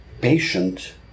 patient